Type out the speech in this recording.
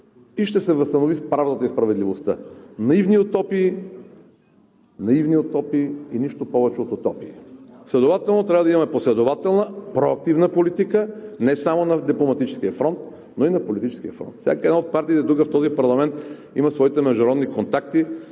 и ще се възстанови правдата и справедливостта. Наивни утопии, наивни утопии и нищо повече от утопии! Следователно трябва да имаме последователна, проактивна политика – не само на дипломатическия фронт, но и на политическия фронт. Всяка една от партиите тук в този парламент има своите международни контакти,